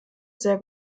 sehr